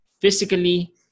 physically